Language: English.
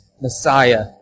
Messiah